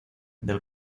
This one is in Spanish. del